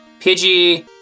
Pidgey